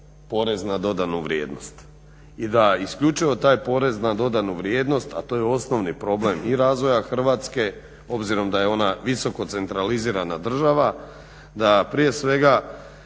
zemlje dijele upravo PDV i da isključivo taj PDV, a to je osnovni problem i razvoja Hrvatske obzirom da je ona visoko centralizirana država, da prije svega